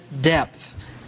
depth